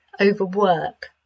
overwork